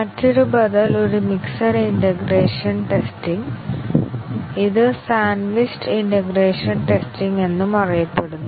മറ്റൊരു ബദൽ ഒരു മിക്സഡ് ഇന്റേഗ്രേഷൻ ടെസ്റ്റിങ് ഇത് സാൻഡ്വിച്ച്ഡ് ഇന്റഗ്രേഷൻ ടെസ്റ്റിംഗ് എന്നും അറിയപ്പെടുന്നു